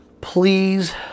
Please